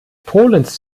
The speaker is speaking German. polens